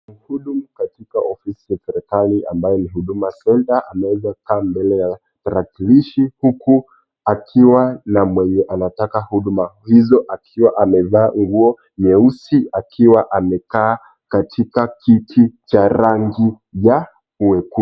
Mhudumu katika ofisi ya serikari ambayo ni Huduma Center ameweza kaa mbele ya tarikilishi huku akiwa na mwenye anataka huduma hizo akiwa amevaa nguo nyeusi, akiwa amekaa katika kiti cha rangi ya wekundu.